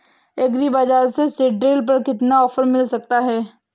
Agree बाजार से seed drill पर कितना ऑफर मिल सकता है?